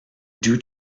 due